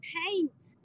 paint